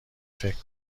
فکر